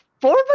Four